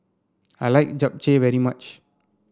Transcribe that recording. I like Japchae very much